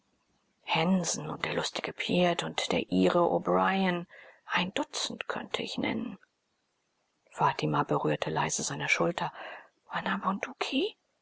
hensen und der lustige piet und der ire o'bryan ein dutzend könnte ich nennen fatima berührte leise seine schulter bana bunduki